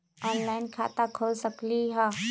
Online खाता खोल सकलीह?